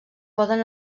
poden